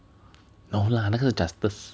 no lah 那个是 Justus